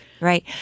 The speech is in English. Right